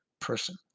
person